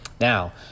Now